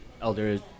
elder